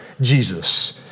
Jesus